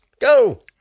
Go